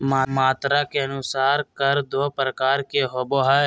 मात्रा के अनुसार कर दू प्रकार के होबो हइ